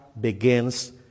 begins